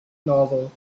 novel